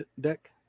deck